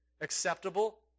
acceptable